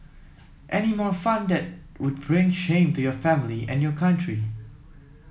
any more fun that would bring shame to your family and your country